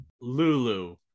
Lulu